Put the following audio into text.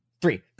three